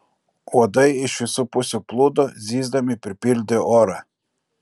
uodai iš visų pusių plūdo zyzdami pripildė orą